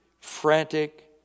frantic